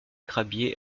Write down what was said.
crabiers